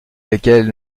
lesquelles